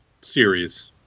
series